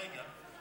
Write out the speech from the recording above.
הרגע,